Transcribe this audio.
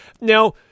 Now